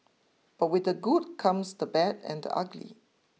but with the good comes the bad and the ugly